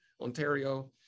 Ontario